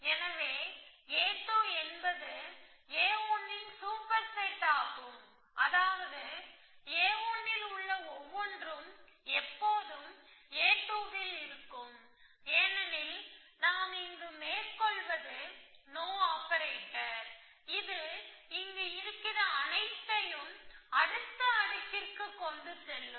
எனவே a2 என்பது a1 ன் சூப்பர்செட் ஆகும் அதாவது a1 ல் உள்ள ஒவ்வொன்றும் எப்போதும் a2 ல் இருக்கும் ஏனெனில் நாம் இங்கு மேற்கொள்வது நோ ஆப்பரேட்டர் இது இங்கு இருக்கிற அனைத்தையும் அடுத்த அடுக்கிற்கு கொண்டு செல்லும்